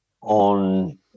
on